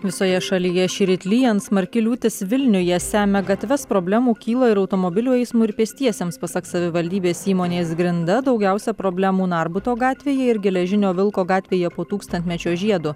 visoje šalyje šįryt lyjant smarki liūtis vilniuje semia gatves problemų kyla ir automobilių eismui ir pėstiesiems pasak savivaldybės įmonės grinda daugiausia problemų narbuto gatvėje ir geležinio vilko gatvėje po tūkstantmečio žiedu